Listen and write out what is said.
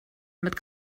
mit